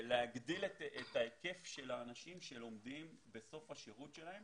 להגדיל את ההיקף של האנשים שלומדים בסוף השירות שלהם